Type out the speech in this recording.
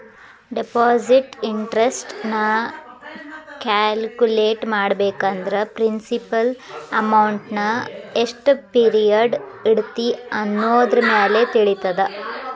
deposit interest ನ calculate ಮಾಡ್ಬೇಕಂದ್ರ principal ಅಮೌಂಟ್ನಾ ಎಷ್ಟ್ ಪಿರಿಯಡ್ ಇಡತಿ ಅನ್ನೋದರಮ್ಯಾಲೆ ತಿಳಿತದ